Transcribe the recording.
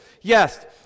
Yes